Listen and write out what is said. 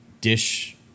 dish